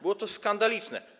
Było to skandaliczne.